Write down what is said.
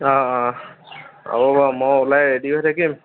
অঁ অঁ হ'ব বাৰু মই ওলাই ৰেডি হৈ থাকিম